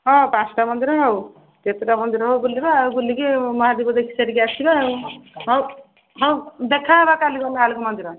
ହଁ ପାଞ୍ଚଟା ମନ୍ଦିର ହଉ ଯେତେଟା ମନ୍ଦିର ହଉ ବୁଲିବା ଆଉ ବୁଲିକି ମହାଦୀପ ଦେଖିସାରି ଆସିବା ଆଉ ହଉ ହଁ ଦେଖା ହେବା କାଲି ଗଲାବେଳେ ମନ୍ଦିର